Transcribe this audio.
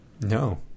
No